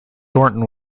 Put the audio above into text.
thornton